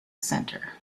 center